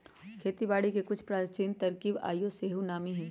खेती बारिके के कुछ प्राचीन तरकिब आइयो सेहो नामी हइ